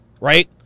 right